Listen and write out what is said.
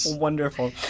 Wonderful